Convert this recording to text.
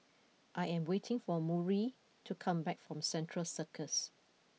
I am waiting for Murry to come back from Central Circus